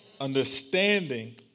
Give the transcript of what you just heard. understanding